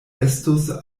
estus